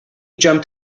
jumped